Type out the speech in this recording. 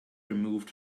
removed